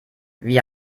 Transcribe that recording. wie